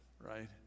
right